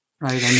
right